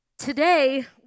Today